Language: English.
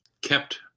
kept